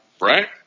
Right